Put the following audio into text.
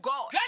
God